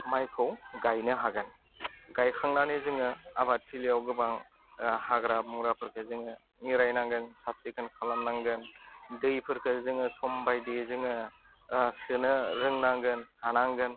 मायखौ गायनो हागोन गायखांनानै जोङो आबाद थिलियाव गोबां हाग्रा बंग्राफोरखौ जोङो मेरायनांगोन साब सिखोन खालामनांगोन दैफोरखौ जोङो समबायदि जोङो सोनो रोंनांगोन हानांगोन